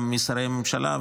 גם משרי הממשלה,